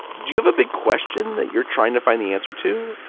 do you have a big question that you're trying to find the answer to?